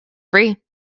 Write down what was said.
free